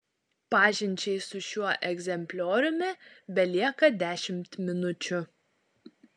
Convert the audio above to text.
pažinčiai su šiuo egzemplioriumi belieka dešimt minučių